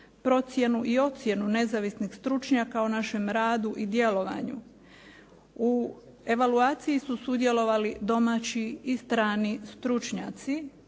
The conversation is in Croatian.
procjenu i ocjenu nezavisnih stručnjaka o našem radu i djelovanju. U evaluaciji su sudjelovali domaći i strani stručnjaci.